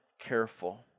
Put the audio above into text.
careful